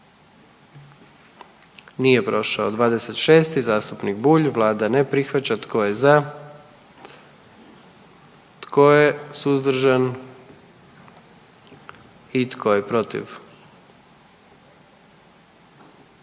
44. Kluba zastupnika SDP-a, vlada ne prihvaća. Tko je za? Tko je suzdržan? Tko je protiv?